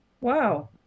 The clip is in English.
wow